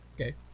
Okay